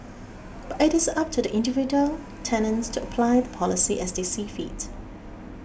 but it is up to the individual tenants to apply the policy as they see fit